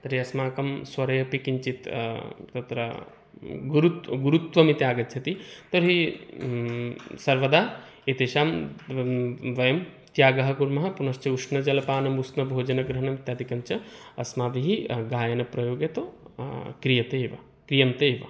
तर्हि अस्माकं स्वरे अपि किञ्चित् तत्र गुरुत्व गुरुत्वमिति आगच्छति तर्हि सर्वदा एतेषां व् वयं त्यागं कुर्मः पुनश्च उष्णजलपानम् उष्णभोजनग्रहणम् इत्यादिकं च अस्माभिः गायनप्रयोगे तु क्रियते एव क्रियन्ते एव